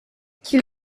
qui